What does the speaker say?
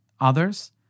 others